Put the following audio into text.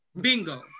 bingo